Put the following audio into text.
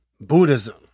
Buddhism